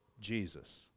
Jesus